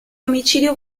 omicidio